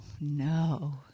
no